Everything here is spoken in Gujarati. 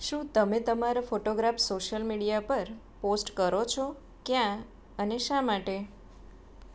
શું તમે તમારા ફોટોગ્રાફ સોશિયલ મીડિયા પર પોસ્ટ કરો છો ક્યાં અને શા માટે